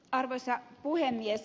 arvoisa puhemies